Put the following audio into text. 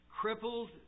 crippled